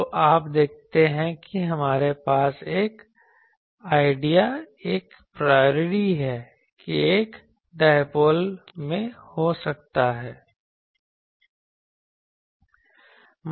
तो आप देखते हैं कि हमारे पास एक आईडिया एक प्रायोरी है कि मैं एक डायपोल में हो सकता हूं